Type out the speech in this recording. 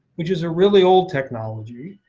which is a really old technology,